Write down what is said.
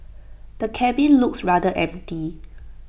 the cabin looks rather empty